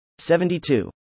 72